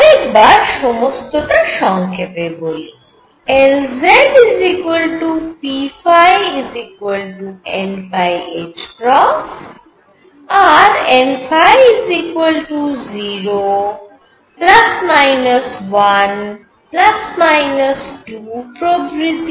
আরেকবার সমস্তটা সংক্ষেপে বলি Lz p n আর n0 ±1 ±2 প্রভৃতি